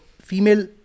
female